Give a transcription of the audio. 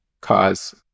cause